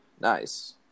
Nice